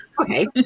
Okay